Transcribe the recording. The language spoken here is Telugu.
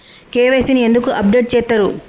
కే.వై.సీ ని ఎందుకు అప్డేట్ చేత్తరు?